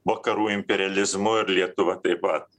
vakarų imperializmu ir lietuva taip pat